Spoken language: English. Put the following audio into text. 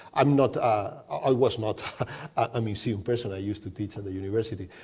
i'm not. ah i was not a museum person, i used to teach at the university,